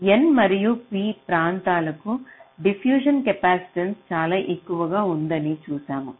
n మరియు p ప్రాంతాలకు diffusion capacitance చాలా ఎక్కువగా ఉందని చూశాము